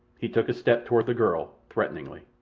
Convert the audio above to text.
he took a step toward the girl, threateningly.